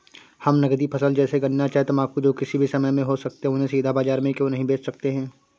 हम नगदी फसल जैसे गन्ना चाय तंबाकू जो किसी भी समय में हो सकते हैं उन्हें सीधा बाजार में क्यो नहीं बेच सकते हैं?